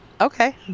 Okay